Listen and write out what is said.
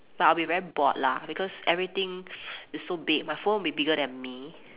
but I'll be very bored lah because everything is so big my phone will bigger than me